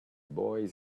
boys